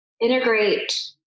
integrate